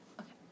Okay